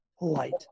light